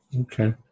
Okay